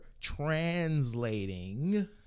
translating